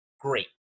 great